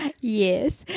yes